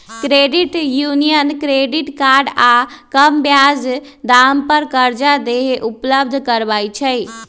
credit union credit card आऽ कम ब्याज दाम पर करजा देहो उपलब्ध करबइ छइ